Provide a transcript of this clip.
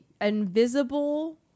invisible